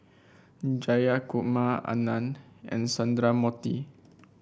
Jayakumar Anand and Sundramoorthy